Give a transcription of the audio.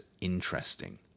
interesting